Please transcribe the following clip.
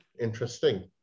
interesting